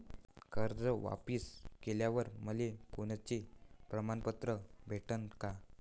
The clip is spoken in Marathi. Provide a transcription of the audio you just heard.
कर्ज वापिस केल्यावर मले कोनचे प्रमाणपत्र भेटन का?